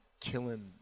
killing –